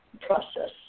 process